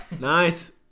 Nice